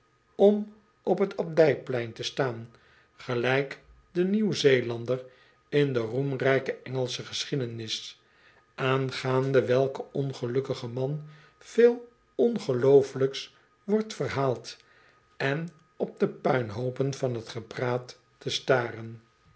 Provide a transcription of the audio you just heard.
om op t abdij plein te staan gelijk de nieuw ze el and er in de roemrijke engelsche geschiedenis aangaande welken ongelukkigen man veel ongeloofelijks wordt verhaald en op depuinhoopen van t gepraat te staren